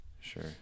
sure